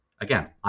again